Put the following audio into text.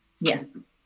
Yes